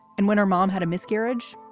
and when her mom had a miscarriage,